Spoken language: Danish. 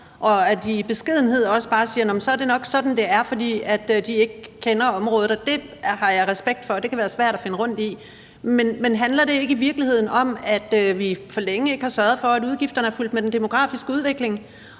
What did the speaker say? siger: Nå, jamen så er det nok sådan, det er. Og det har jeg respekt for. Det kan være svært at finde rundt i. Men handler det i virkeligheden om, at vi for længe ikke har sørget for, at udgifterne er fulgt med den demografiske udvikling,